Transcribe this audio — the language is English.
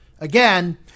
again